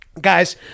guys